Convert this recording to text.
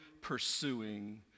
pursuing